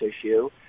issue